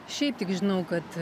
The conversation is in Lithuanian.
šiaip tik žinau kad